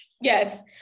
yes